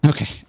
Okay